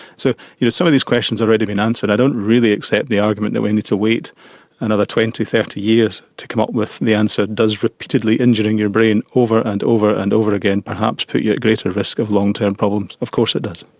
so you know some of these questions have already been answered. i don't really accept the argument that we need to wait another twenty, thirty years to come up with the answer does repeatedly injuring your brain over and over and over again perhaps put you at greater risk of long-term problems? of course it does.